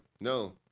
no